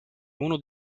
uno